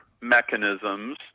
mechanisms